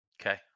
Okay